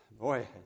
Boy